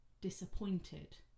disappointed